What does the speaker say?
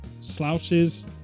slouches